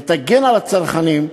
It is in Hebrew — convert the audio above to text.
ותגן על הצרכנים,